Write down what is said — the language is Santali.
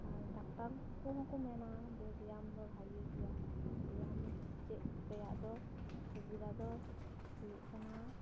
ᱟᱨ ᱰᱟᱠᱛᱟᱨ ᱠᱚᱦᱚᱸ ᱠᱚ ᱢᱮᱱᱟ ᱡᱮ ᱵᱮᱭᱟᱢ ᱫᱚ ᱵᱷᱟᱜᱮ ᱜᱮᱭᱟ ᱵᱮᱭᱟᱢ ᱪᱮᱫ ᱨᱮᱭᱟᱜ ᱫᱚ ᱥᱩᱵᱤᱫᱟ ᱫᱚ ᱦᱩᱭᱩ ᱠᱟᱱᱟ